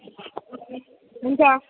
हुन्छ